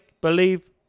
believe